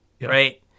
right